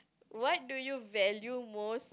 what do you value most